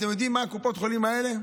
אתם יודעים מה קופות החולים האלה?